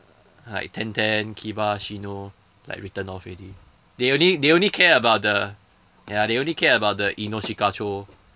like ten ten kiba shino like written off already they only they only care about the ya they only care about the ino shika cho